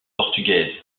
portugaise